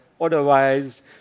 otherwise